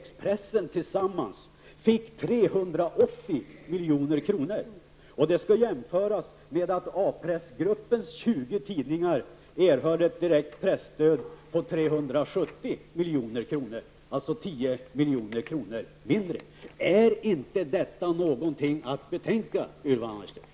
Det skall jämföras med att A-pressgruppens 20 tidningar erhöll ett direkt presstöd på 370 miljoner, alltså 10 milj.kr. mindre. Är inte detta någonting att betänka, Ylva Annerstedt?